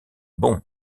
bon